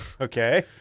okay